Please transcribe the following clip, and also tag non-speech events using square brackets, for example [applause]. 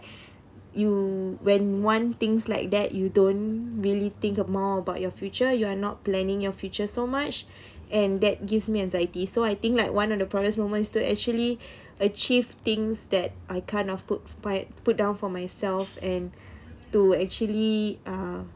[breath] you when one things like that you don't really think more about your future you are not planning your future so much [breath] and that gives me anxiety so I think like one of the proudest moments to actually [breath] achieve things that I kind of put by put down for myself and [breath] to actually uh